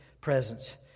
presence